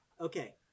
Okay